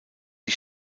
die